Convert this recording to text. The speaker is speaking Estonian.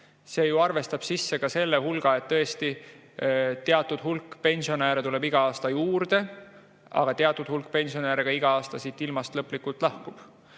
See arvestab sisse ju ka selle hulga, et tõesti teatud hulk pensionäre tuleb igal aastal juurde, aga teatud hulk pensionäre ka iga aasta siit ilmast lõplikult lahkub.